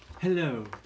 Hello